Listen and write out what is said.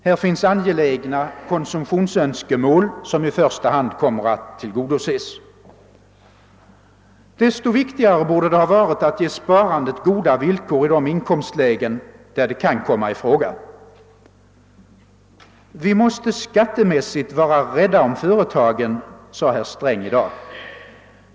Här finns angelägna konsumtionsönskemål, som i första hand kommer att tillgodoses. Desto viktigare borde det ha varit att ge sparandet goda villkor i de inkomstlägen där det kan komma i fråga. Vi måste skattemässigt vara rädda om företagen, sade herr Sträng i dag.